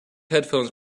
headphones